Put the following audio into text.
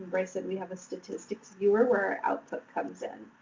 but i said we have a statistics viewer where our output comes in.